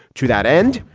to that end,